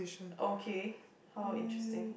okay how interesting